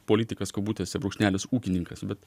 politikas kabutėse brūkšnelis ūkininkas bet